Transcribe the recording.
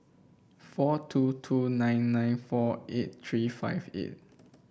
four two two nine nine four eight three five eight